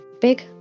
big